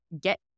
get